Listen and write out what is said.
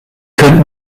könnt